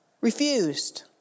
Refused